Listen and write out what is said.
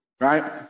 right